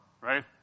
right